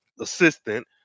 assistant